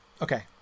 okay